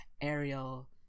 Ariel